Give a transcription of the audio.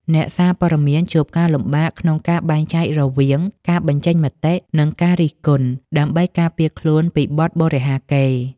អ្នកសារព័ត៌មានជួបការលំបាកក្នុងការបែងចែករវាង "ការបញ្ចេញមតិ" និង "ការរិះគន់" ដើម្បីការពារខ្លួនពីបទបរិហាកេរ្តិ៍។